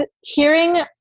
hearing